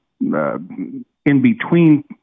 in-between